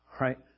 Right